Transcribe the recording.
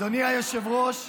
אדוני היושב-ראש,